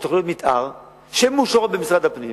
של תוכניות מיתאר שמאושרות במשרד הפנים,